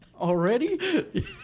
Already